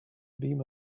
beam